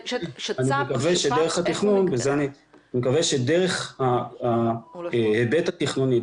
אני מקווה שדרך ההיבט התכנוני,